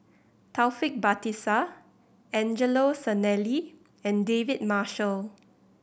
Taufik Batisah Angelo Sanelli and David Marshall